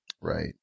Right